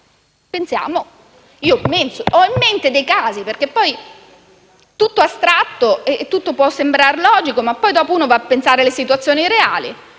Io ho in mente dei casi, perché in astratto tutto può sembrare logico, ma poi si va a pensare alle situazioni reali: